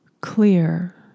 clear